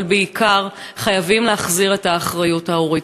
אבל בעיקר חייבים להחזיר את האחריות ההורית.